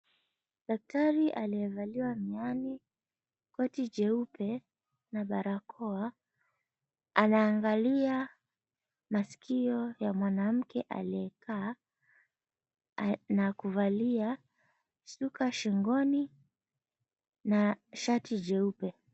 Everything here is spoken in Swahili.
Daktari anayevalia miwani, koti jeupe na barakoa anaangalia masikio ya mwanamke aliyekaa na kuvalia shuka shingoni na shati jeupe.